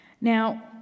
Now